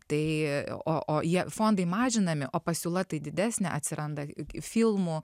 tai o o jie fondai mažinami o pasiūla tai didesnė atsiranda filmų